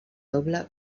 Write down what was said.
doble